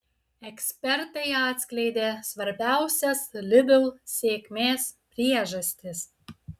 ekspertai atskleidė svarbiausias lidl sėkmės priežastis